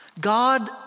God